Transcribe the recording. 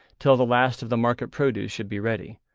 till the last of the market produce should be ready,